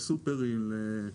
לסופרמרקטים.